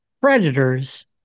predators